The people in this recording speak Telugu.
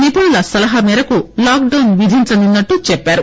నిపుణుల సలహా మేరకు లాక్ డొస్ విధించనున్నట్లు చెప్పారు